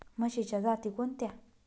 म्हशीच्या जाती कोणत्या?